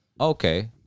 Okay